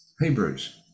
Hebrews